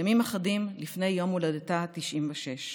ימים אחדים לפני יום הולדתה ה-96.